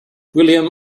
william